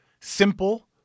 simple